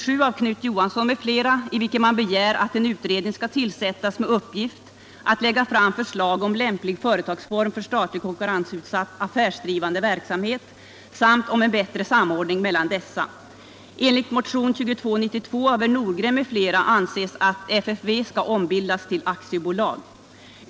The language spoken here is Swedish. Jag kommer i stället att helt kort redogöra för de motioner som är väckta i anslutning till propositionen.